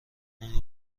اون